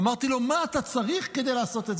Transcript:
אמרתי לו: מה אתה צריך כדי לעשות את זה?